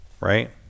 Right